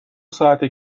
ساعته